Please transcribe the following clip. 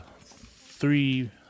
three